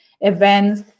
events